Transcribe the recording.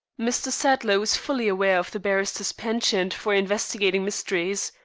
mr. sadler was fully aware of the barrister's penchant for investigating mysteries.